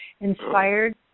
inspired